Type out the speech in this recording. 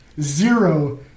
zero